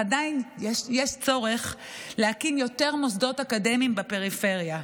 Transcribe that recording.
אך עדיין יש צורך להקים יותר מוסדות אקדמיים בפריפריה.